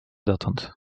dotąd